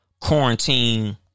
Quarantine